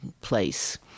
place